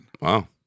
Wow